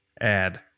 add